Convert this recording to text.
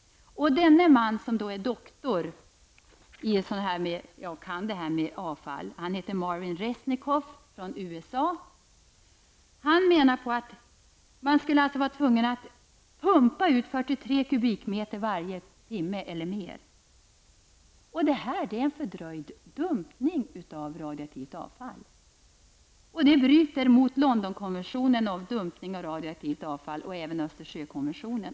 Denne man -- som heter Dr. Marvin Resnikoff och kommer från USA och kan det här med avfall -- menar att man skulle vara tvungen att pumpa ut 43 kubikmeter eller mer varje timme. Detta är en fördröjd dumpning av radioaktivt avfall. Det bryter mot Londonkonventionen om dumpning av radioaktivt avfall och även mot Östersjökonventionen.